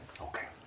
okay